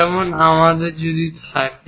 যেমন আমাদের যদি থাকে